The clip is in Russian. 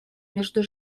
между